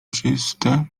czyste